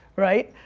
right?